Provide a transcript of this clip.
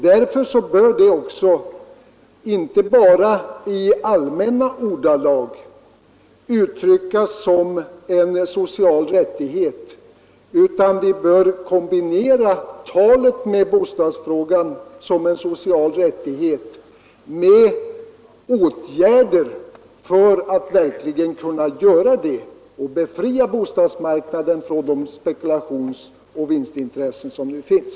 Därför bör man inte bara i allmänna ordalag tala om rätten till bostad som en social rättighet, utan vi bör kombinera det talet med åtgärder för att befria bostadsmarknaden från de spekulationsoch vinstintressen som nu finns där, på sätt som vi föreslagit från vänsterpartiet kommunisterna.